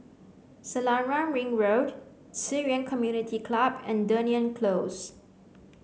Selarang Ring Road Ci Yuan Community Club and Dunearn Close